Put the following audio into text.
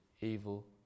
evil